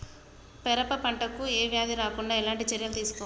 పెరప పంట కు ఏ వ్యాధి రాకుండా ఎలాంటి చర్యలు తీసుకోవాలి?